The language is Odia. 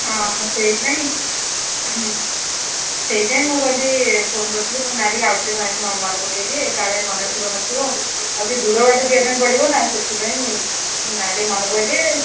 ହଁ ହଁ ସେଇଥିପାଇଁ ସେଇଥିପାଇଁ ମୁଁ ଫୋନ୍ କହିଲି ନାଁ ଟିକେ ଆଉଥରେ ଭାଇଙ୍କୁ ମନେ ପକେଇଦିଏ କାଳେ ମନେ ଥିବ ନଥିବ ଆଉ ଟିକେ ଦୂର ବାଟ ଯିବା ପାଇଁ ପଡ଼ିବ ନା ସେଥିପାଇଁ ମୁଁ ନାଇଁ ଟିକେ ମନେ ପକେଇଦିଏ